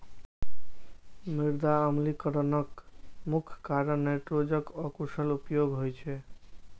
मृदा अम्लीकरणक मुख्य कारण नाइट्रोजनक अकुशल उपयोग होइ छै